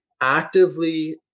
actively